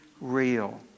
real